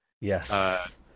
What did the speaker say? Yes